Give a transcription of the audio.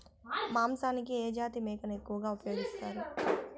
మాంసానికి ఏ జాతి మేకను ఎక్కువగా ఉపయోగిస్తారు?